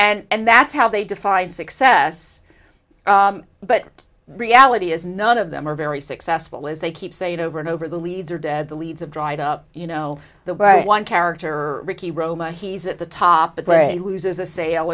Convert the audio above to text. right and that's how they define success but reality is none of them are very successful as they keep saying over and over the leads are dead the leads of dried up you know the bright one character ricky roma he's at the top a play loses a sale